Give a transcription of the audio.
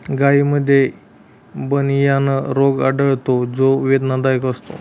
गायींमध्ये बनियन रोग आढळतो जो वेदनादायक असतो